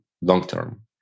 long-term